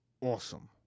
awesome